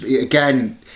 Again